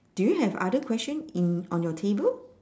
do you have other question in on your table